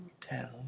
tell